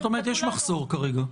זאת אומרת, יש מחסור כרגע.